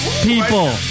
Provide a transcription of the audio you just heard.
people